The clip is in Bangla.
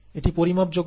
এটি পরিমাপ যোগ্য